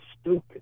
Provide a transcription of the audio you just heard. stupid